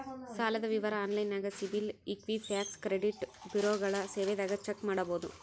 ಸಾಲದ್ ವಿವರ ಆನ್ಲೈನ್ಯಾಗ ಸಿಬಿಲ್ ಇಕ್ವಿಫ್ಯಾಕ್ಸ್ ಕ್ರೆಡಿಟ್ ಬ್ಯುರೋಗಳ ಸೇವೆದಾಗ ಚೆಕ್ ಮಾಡಬೋದು